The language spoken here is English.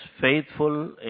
faithful